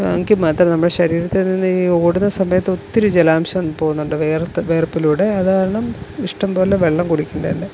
എങ്കിൽ മാത്രമേ നമ്മുടെ ശരീരത്തിൽ നിന്ന് ഈ ഓടുന്ന സമയത്തു ഒത്തിരി ജലാംശം പോകുന്നുണ്ട് വിയർത്തു വിയർപ്പിലൂടെ അതുകാരണം ഇഷ്ടം പോലെ വെള്ളം കുടിക്കേണ്ടതുണ്ട്